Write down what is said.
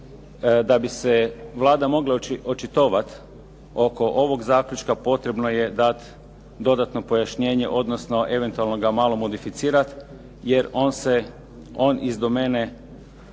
da bi se Vlada mogla očitovat oko ovog zaključka potrebno je dati dodatno pojašnjenje, odnosno eventualno ga malo modificirati. Jer on iz domene